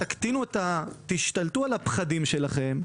תשתלטו על הפחדים שלכם,